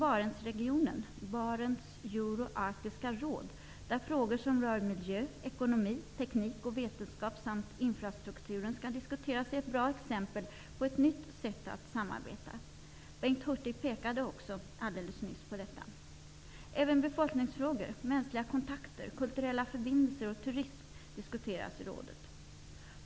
Arktiska råd -- där frågor som rör miljö, ekonomi, teknik och vetenskap samt infrastrukturen skall diskuteras -- är ett bra exempel på ett nytt sätt att samarbeta. Bengt Hurtig pekade också på detta alldeles nyss. Även befolkningsfrågor, mänskliga kontakter, kulturella förbindelser och turism diskuteras i rådet.